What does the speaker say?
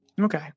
Okay